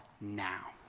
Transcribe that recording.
now